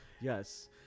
yes